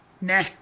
Nah